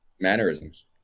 Mannerisms